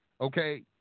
okay